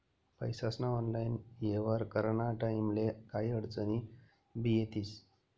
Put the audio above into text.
पैसास्ना ऑनलाईन येव्हार कराना टाईमले काही आडचनी भी येतीस